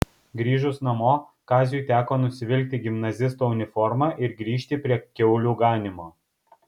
grįžus namo kaziui teko nusivilkti gimnazisto uniformą ir grįžti prie kiaulių ganymo